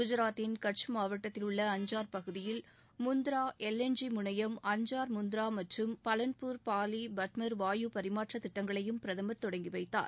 குஜராத்தின் கட்ச் மாவட்டத்தில் உள்ள அஞ்சார் பகுதியில் முந்ரா எல் என் ஜி முனையம் அஞ்சார் முந்ரா மற்றம் பலன்பூர் பாலி பார்மர் வாயு பரிமாற்ற திட்டங்களையும் பிரதமர் தொடங்கி வைத்தார்